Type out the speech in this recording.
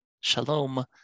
Shalom